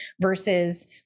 versus